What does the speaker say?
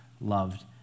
loved